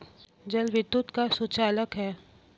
जल विद्युत का सुचालक है